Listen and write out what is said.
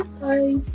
bye